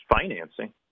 financing